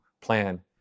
plan